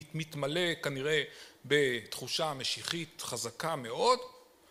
מתמלא כנראה בתחושה משיחית חזקה מאוד